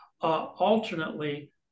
alternately